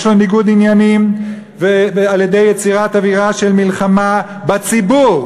יש לו ניגוד עניינים על-ידי יצירת אווירה של מלחמה בציבור,